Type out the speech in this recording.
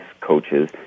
coaches